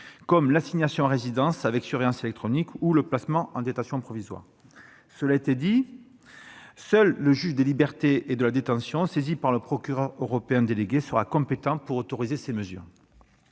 comme l'assignation à résidence avec surveillance électronique ou le placement en détention provisoire. Seul le juge des libertés et de la détention, saisi par le procureur européen délégué, sera compétent pour autoriser ces mesures-